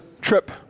trip